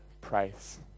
price